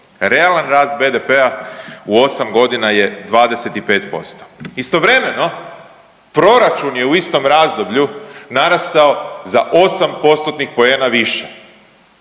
Realan rast BDP-a u 8 godina je 25%. Istovremeno proračun je u istom razdoblju narastao za 8 postotnih poena više.